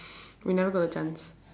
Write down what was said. we never got a chance